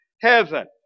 heaven